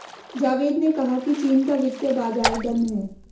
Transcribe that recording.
जावेद ने कहा कि चीन का वित्तीय बाजार गर्म है